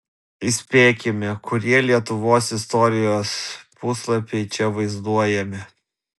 įspėkime kurie lietuvos istorijos puslapiai čia vaizduojami